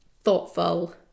thoughtful